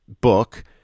book